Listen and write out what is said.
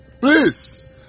Please